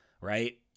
right